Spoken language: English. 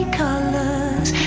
colors